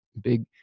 big